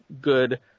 good